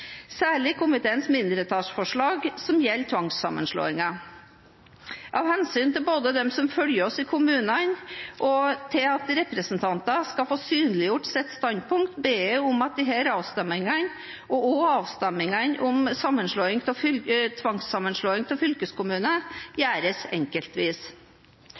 særlig mindretallsforslag som gjelder tvangssammenslåinger. Av hensyn til dem som følger oss i kommunene, og av hensyn til at representantene skal få synliggjort sitt standpunkt, ber jeg om at disse avstemningene, og også avstemningene om tvangssammenslåing av fylkeskommuner, gjøres enkeltvis.